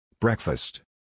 Breakfast